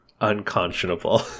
unconscionable